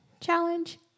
Challenge